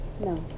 No